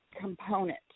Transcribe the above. component